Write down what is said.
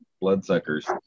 bloodsuckers